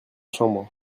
chambre